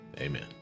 Amen